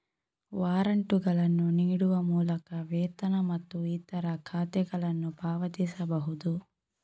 ವಾರಂಟುಗಳನ್ನು ನೀಡುವ ಮೂಲಕ ವೇತನ ಮತ್ತು ಇತರ ಖಾತೆಗಳನ್ನು ಪಾವತಿಸಬಹುದು